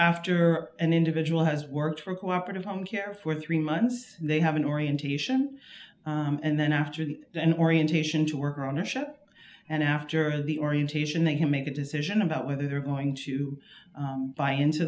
after an individual has worked for a cooperative home care for three months they have an orientation and then after the an orientation to work on a ship and after the orientation they make a decision about whether they're going to buy into